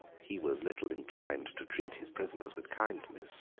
he was little inclined to treat his prisoners with kindness.